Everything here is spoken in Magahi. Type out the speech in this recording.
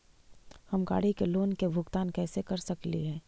हम गाड़ी के लोन के भुगतान कैसे कर सकली हे?